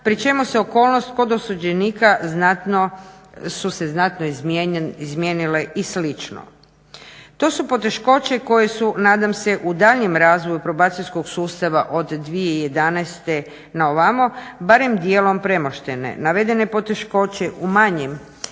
pri čemu se okolnost kod osuđenika su se znatno izmijenile i slično. To su poteškoće koje su nadam se u daljnjem razvoju probacijskog sustava od 2011. na ovamo barem dijelom premoštene. Navedene poteškoće u manjem